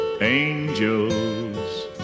ANGELS